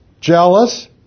jealous